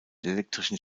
elektrischen